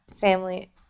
family